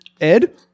ed